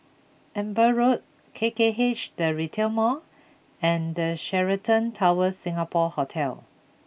Amber Road K K H the Retail Mall and Sheraton Towers Singapore Hotel